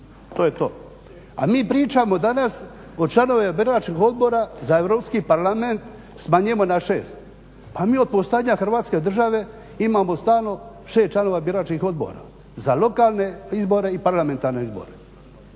To je to. A mi pričamo danas o članovima biračkih odbora za Europski parlament smanjujemo na šest. Pa mi od postavljanja Hrvatske države imamo stalno šest članova biračkih odbora za lokalne izbore i parlamentarne izbore.